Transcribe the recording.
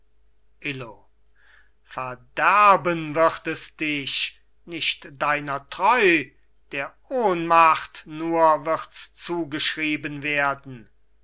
illo verderben wird es dich nicht deiner treu der ohnmacht nur wirds zugeschrieben werden